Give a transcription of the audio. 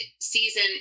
season